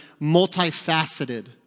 multifaceted